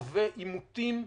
חווה עימותים.